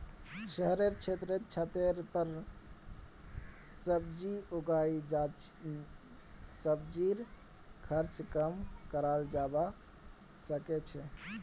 शहरेर क्षेत्रत छतेर पर सब्जी उगई सब्जीर खर्च कम कराल जबा सके छै